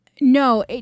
no